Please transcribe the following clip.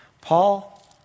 Paul